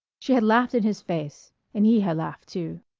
she had laughed in his face and he had laughed too.